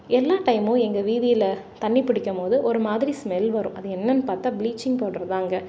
எல்லா டைமும் எங்கள் வீதியில் தண்ணி பிடிக்கும்போது ஒரு மாதிரி ஸ்மெல் வரும் அது என்னென்னு பார்த்தா ப்ளீச்சிங் பௌட்டரு தாங்க